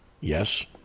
Yes